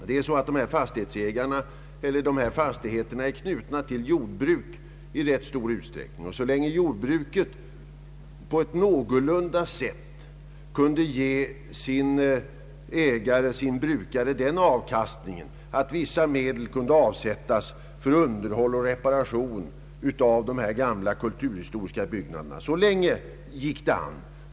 Dessa fastigheter är i rätt stor utsträckning knutna till jordbruk, och så länge jordbruket gav en så pass god avkastning att ägarna kunde avsätta vissa medel för underhåll och reparation av dessa gamla kulturhistoriska byggnader gick det an.